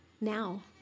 now